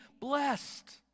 blessed